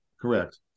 Correct